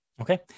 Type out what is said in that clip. Okay